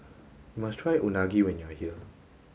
you must try Unagi when you are here